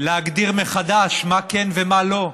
להגדיר מחדש מה כן ומה לא.